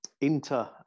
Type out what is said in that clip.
Inter